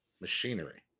machinery